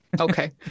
Okay